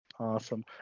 Awesome